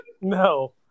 No